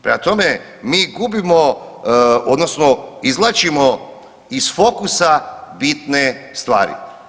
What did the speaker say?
Prema tome, mi gubimo odnosno izvlačimo iz fokusa bitne stvari.